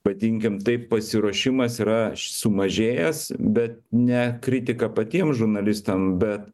vadinkim taip pasiruošimas yra sumažėjęs bet ne kritika patiem žurnalistam bet